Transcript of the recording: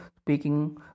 speaking